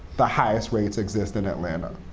the highest rates exist in atlanta.